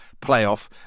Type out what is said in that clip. playoff